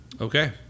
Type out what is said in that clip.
Okay